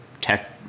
tech